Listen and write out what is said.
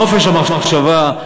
חופש המחשבה,